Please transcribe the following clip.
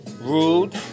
Rude